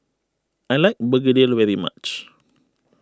I like Begedil very much